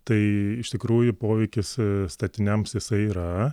tai iš tikrųjų poveikis statiniams jisai yra